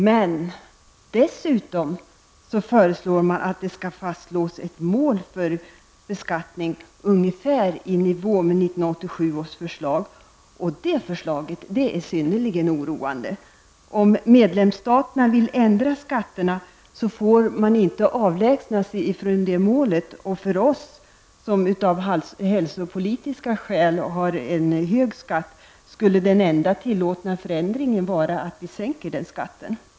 Men dessutom föreslår man att det skall fastslås ett mål för beskattning ungefär i nivå med 1987 års förslag. Det förslaget är synnerligen oroande. Om medlemsstaterna vill ändra skatterna får de inte avlägsna sig från det målet. För oss, som av hälsopolitiska skäl har en hög skatt, skulle den enda tillåtna förändringen vara att sänka den skatten.